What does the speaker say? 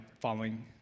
following